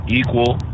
equal